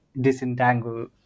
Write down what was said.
disentangle